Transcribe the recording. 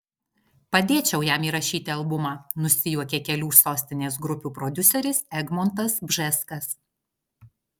padėčiau jam įrašyti albumą nusijuokė kelių sostinės grupių prodiuseris egmontas bžeskas